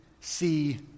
see